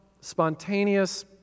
spontaneous